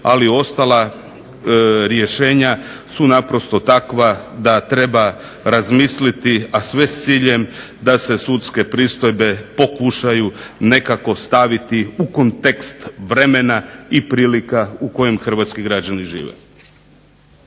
ali ostala rješenja su naprosto takva da treba razmisliti, a sve s ciljem da se sudske pristojbe pokušaju nekako staviti u kontekst vremena i prilika u kojim hrvatski građani žive.